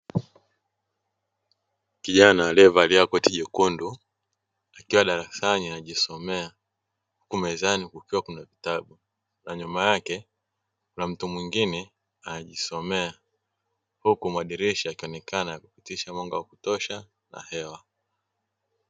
Kijana aliyevalia koti jekundu, akiwa darasani anajisomea, huku mezani kukiwa kuna vitabu na nyuma yake kukiwa kuna mtu mwingine anajisomea, huku madirisha yakioneka kupitisha mwanga wa kutosha na hewa.